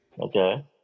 Okay